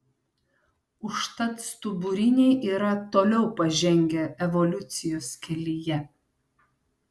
užtat stuburiniai yra toliau pažengę evoliucijos kelyje